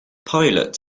pilot